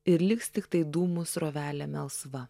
ir liks tiktai dūmų srovelė melsva